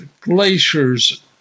glaciers